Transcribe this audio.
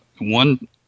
one